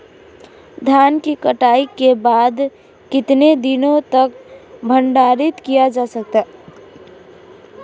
धान की कटाई के बाद कितने दिनों तक भंडारित किया जा सकता है?